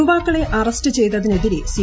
യുവാക്കളെ അറസ്റ്റ് ചെയ്തതിനെതിരെ സി